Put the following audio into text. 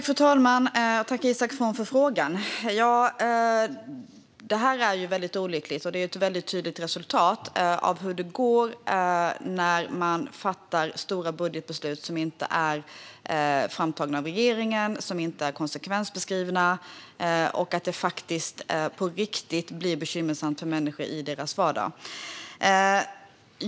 Fru talman! Jag tackar Isak From för frågan. Detta är mycket olyckligt. Det är ett mycket tydligt resultat av hur det går när man fattar stora budgetbeslut som inte är framtagna av regeringen och som inte är konsekvensbeskrivna. Då blir det på riktigt bekymmersamt för människor i deras vardag.